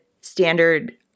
standard